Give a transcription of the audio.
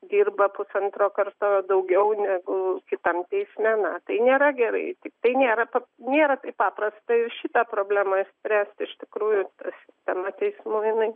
dirba pusantro karto daugiau negu kitam teisme na tai nėra gerai tiktai nėra nėra taip paprasta ir šitą problemą spręsti iš tikrųjų ta sistema teismų jinai